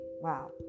wow